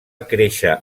créixer